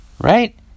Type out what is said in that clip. right